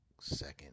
second